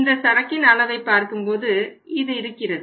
இந்த சரக்கின் அளவை பார்க்கும்போது இது இருக்கிறது